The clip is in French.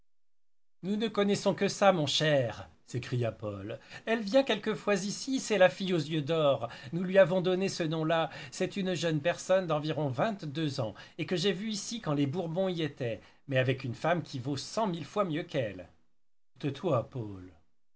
nous ne connaissons que ça mon cher s'écria paul elle vient quelquefois ici c'est la fille aux yeux d'or nous lui avons donné ce nom-là c'est une jeune personne d'environ vingt-deux ans et que j'ai vue ici quand les bourbons y étaient mais avec une femme qui vaut cent mille fois mieux qu'elle tais-toi paul